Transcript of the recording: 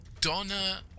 Donna